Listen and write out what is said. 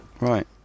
Right